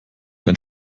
dein